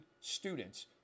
students